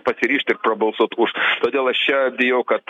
pasiryžt ir prabalsuot už todėl aš čia bijau kad